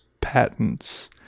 patents